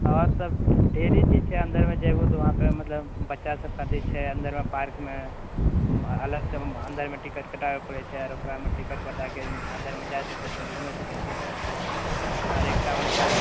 आओर तऽ ढेरी चीज छै अन्दरमे जयभु तऽ वहाँ पर मतलब बच्चा सब के अथि छै अन्दरमे पार्कमे अलग सऽ अन्दरमे टिकट कटाबए पड़ै छै आ ओकरामे टिकट काटा कऽ अन्दरमे जा सकैत छै घूमि सकैत छियै छै आउर एकटा मतलब